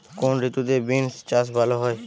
কোন ঋতুতে বিন্স চাষ ভালো হয়?